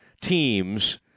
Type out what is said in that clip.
teams